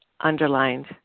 underlined